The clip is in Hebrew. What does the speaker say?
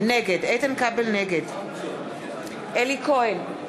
נגד אלי כהן,